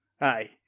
Aye